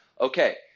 okay